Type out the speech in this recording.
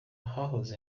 hahoze